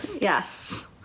Yes